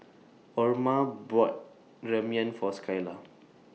Orma bought Ramyeon For Skylar